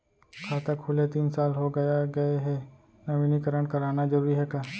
खाता खुले तीन साल हो गया गये हे नवीनीकरण कराना जरूरी हे का?